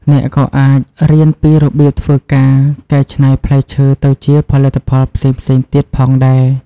អ្នកក៏អាចរៀនពីរបៀបធ្វើការកែច្នៃផ្លែឈើទៅជាផលិតផលផ្សេងៗទៀតផងដែរ។